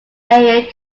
area